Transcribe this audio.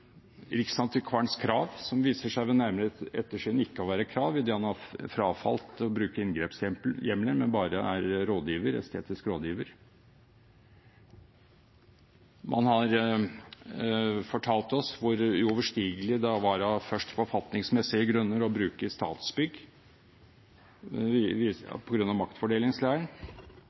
Riksantikvarens krav, som ved nærmere ettersyn viser seg ikke å være krav, idet han har frafalt å bruke inngrepshjemler, men bare er estetisk rådgiver. Man har fortalt oss hvor uoverstigelig det var av forfatningsmessige grunner å bruke Statsbygg – på grunn av maktfordelingsregler – mens juristene i Høyesterett uten problemer har brukt Statsbygg